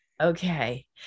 Okay